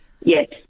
Yes